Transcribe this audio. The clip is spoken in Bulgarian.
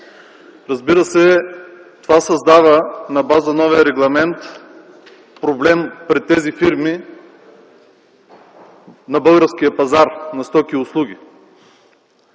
Разбира се, това създава на база новия регламент проблем пред тези фирми на българския пазар на стоки и услуги.